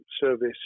service